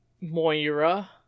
Moira